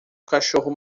cachorro